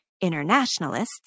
internationalists